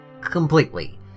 completely